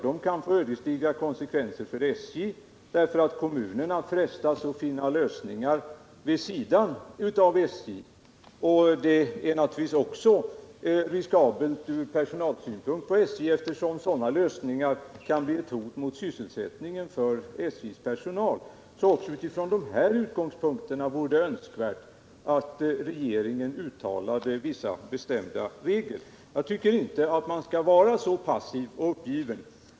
De kan få ödesdigra konsekvenser för SJ genom att kommunerna frestas att finna lösningar vid sidan av SJ, och det är också riskabelt för SJ ur personalsynpunkt, eftersom sådana lösningar kan bli ett hot mot sysselsättningen för SJ:s personal. Också sett från dessa utgångspunkter vore det därför önskvärt att regeringen utfärdade vissa bestämda regler. Jag tycker inte att man skall vara passiv och uppgiven.